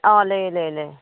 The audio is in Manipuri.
ꯑꯥ ꯂꯩ ꯂꯩ ꯂꯩ